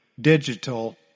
digital